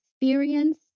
experience